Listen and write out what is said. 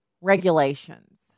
regulations